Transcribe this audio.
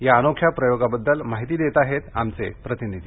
या अनोख्या प्रयोगाबद्दल माहिती देत आहेत आमचे प्रतिनिधी